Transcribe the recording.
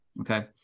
Okay